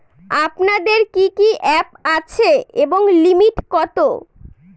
আপনাদের কি কি অ্যাপ আছে এবং লিমিট কত?